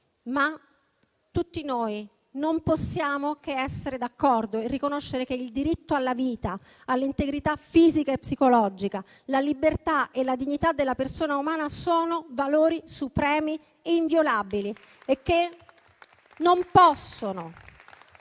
ma tutti noi non possiamo che essere d'accordo e riconoscere che il diritto alla vita, all'integrità fisica e psicologica, la libertà e la dignità della persona umana sono valori supremi e inviolabili, che non possono